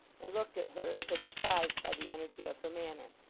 and looked at her as if surprised by the energy of her manner.